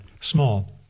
small